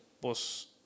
pues